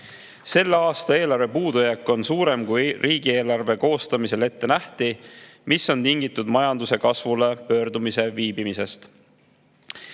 kasvu. Selle aasta eelarve puudujääk on suurem, kui riigieelarve koostamisel ette nähti, mis on tingitud majanduse kasvule pöördumise viibimisest.